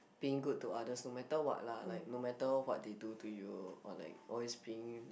being good to others no matter what lah like no matter what they do to you or like always being